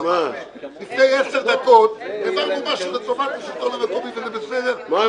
לפני עשר דקות העברנו משהו לטובת השלטון המקומי וזה בסדר,